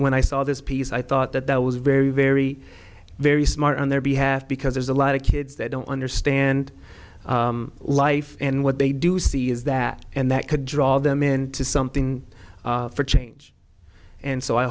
when i saw this piece i thought that that was very very very smart on their behalf because there's a lot of kids that don't understand life and what they do see is that and that could draw them in to something for change and so i